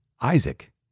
Isaac